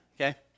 okay